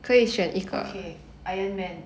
okay ironman